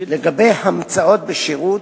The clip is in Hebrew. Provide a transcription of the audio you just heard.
לגבי אמצאות בשירות,